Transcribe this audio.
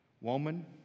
woman